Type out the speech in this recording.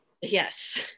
Yes